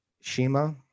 Shima